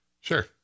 Sure